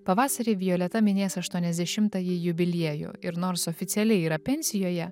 pavasarį violeta minės aštuoniasdešimtąjį jubiliejų ir nors oficialiai yra pensijoje